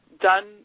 done